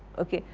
ok,